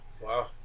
Wow